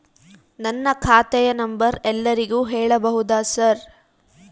ನನ್ನ ಖಾತೆಯ ನಂಬರ್ ಎಲ್ಲರಿಗೂ ಹೇಳಬಹುದಾ ಸರ್?